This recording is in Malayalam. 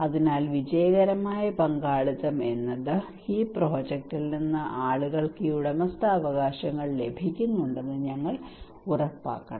അതിനാൽ വിജയകരമായ പങ്കാളിത്തം എന്നത് പ്രോജക്റ്റിൽ നിന്ന് ആളുകൾക്ക് ഈ ഉടമസ്ഥാവകാശങ്ങൾ ലഭിക്കുന്നുണ്ടെന്ന് ഞങ്ങൾ ഉറപ്പാക്കണം